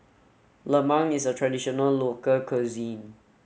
Lemang is a traditional local cuisine